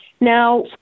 Now